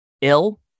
ill